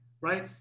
right